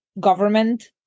government